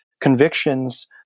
convictions